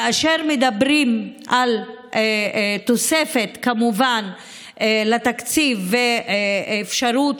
כאשר מדברים על תוספת לתקציב ועל אפשרות